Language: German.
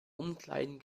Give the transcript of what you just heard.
umkleiden